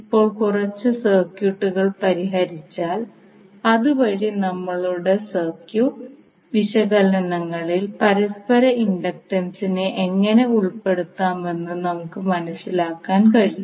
ഇപ്പോൾ കുറച്ച് സർക്യൂട്ടുകൾ പരിഹരിച്ചാൽ അതുവഴി നമ്മളുടെ സർക്യൂട്ട് വിശകലനങ്ങളിൽ പരസ്പര ഇൻഡക്റ്റൻസിനെ എങ്ങനെ ഉൾപ്പെടുത്താമെന്ന് നമുക്ക് മനസിലാക്കാൻ കഴിയും